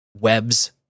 webs